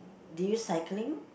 do you cycling